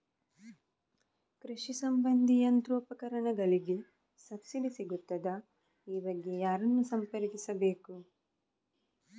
ಕೃಷಿ ಸಂಬಂಧಿ ಯಂತ್ರೋಪಕರಣಗಳಿಗೆ ಸಬ್ಸಿಡಿ ಸಿಗುತ್ತದಾ? ಈ ಬಗ್ಗೆ ಯಾರನ್ನು ಸಂಪರ್ಕಿಸಬೇಕು?